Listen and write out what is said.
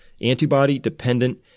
Antibody-dependent